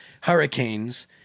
hurricanes